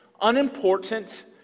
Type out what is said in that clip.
unimportant